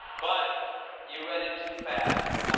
but you read it too fast.